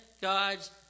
God's